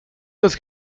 los